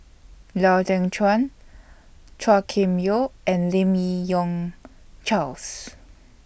Lau Teng Chuan Chua Kim Yeow and Lim Yi Yong Charles